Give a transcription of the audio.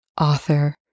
author